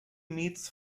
meets